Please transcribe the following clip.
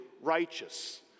righteous